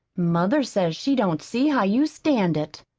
mother says she don't see how you stand it.